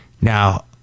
Now